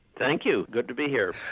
thank you, good to be here.